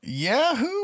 Yahoo